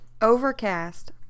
Overcast